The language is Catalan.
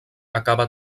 acaba